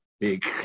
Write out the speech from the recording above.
big